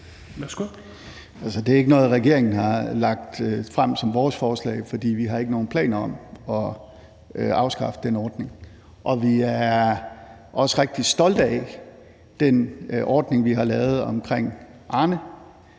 Det er ikke noget, regeringen har lagt frem som vores forslag, for vi har ikke nogen planer om at afskaffe den ordning, og vi er også rigtig stolte af den ordning, vi har lavet omkring